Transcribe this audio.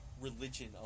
religion